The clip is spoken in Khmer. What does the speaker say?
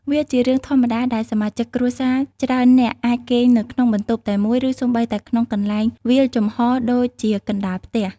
វាជារឿងធម្មតាដែលសមាជិកគ្រួសារច្រើននាក់ អាចគេងនៅក្នុងបន្ទប់តែមួយ ឬសូម្បីតែក្នុងកន្លែងវាលចំហរដូចជាកណ្ដាលផ្ទះ។